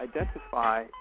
identify